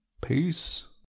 peace